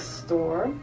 store